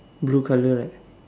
blue colour right